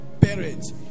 parents